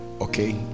okay